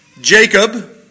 Jacob